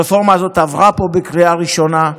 הרפורמה הזאת עברה פה בקריאה ראשונה,